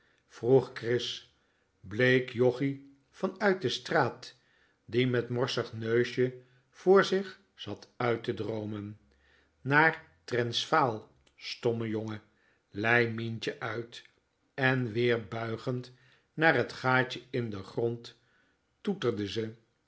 kris bleek joggie van uit de straat die met morsig neusje voor zich zat uit te droomen na trènsvaal stomme jonge lei mientje uit en weer buigend naar het gaatje in den grond toeterde ze